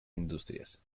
industrias